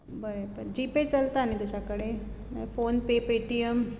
बरें जी पे चलता न्ही तुज्या कडेन फोन पे पेटीएम